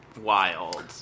wild